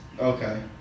Okay